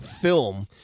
film